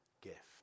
gift